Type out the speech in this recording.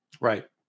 Right